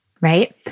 right